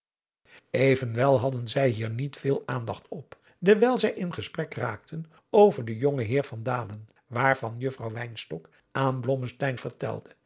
evenwel hadden zij hier niet veel aandacht op dewijl zij in gesprek raakten over den jongen heer van dalen waarvan juffrouw wynstok aan blommesteyn vertelde